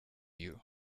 you